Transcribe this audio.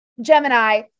Gemini